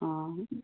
অঁ